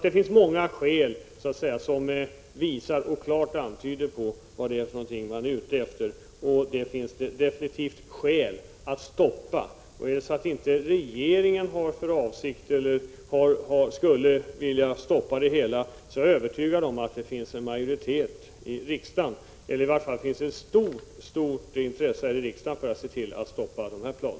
Det finns alltså mycket som klart visar vad det är man är ute efter. Alla skäl talar för att de här planerna måste stoppas. Är det så att regeringen inte vill stoppa dem finns det säkert här i riksdagen ett stort intresse av att se till att de stoppas.